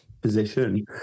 position